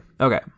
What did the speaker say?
Okay